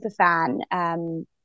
superfan